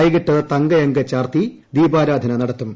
വൈകിട്ട് തങ്ക അങ്കി ചാർത്തി ദീപാരാധന നടത്തും